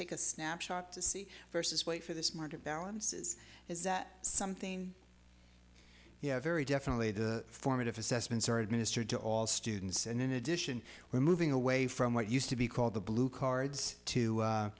take a snapshot to see versus wait for this market balances is that something you have very definitely the formative assessments are administered to all students and in addition we're moving away from what used to be called the blue cards to a